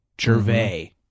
Gervais